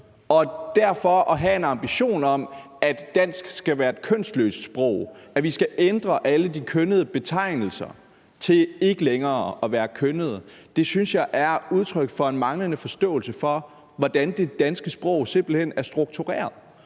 at derfor have en ambition om, at dansk skal være et kønsløst sprog, at vi skal ændre alle de kønnede betegnelser til ikke længere at være kønnede, synes jeg er udtryk for en manglende forståelse for, hvordan det danske sprog simpelt hen er struktureret.